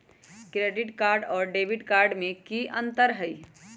Credit card और debit card में की अंतर हई?